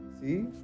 See